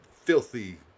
Filthy